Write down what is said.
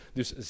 dus